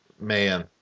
man